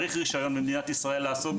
צריך רישיון במדינת ישראל,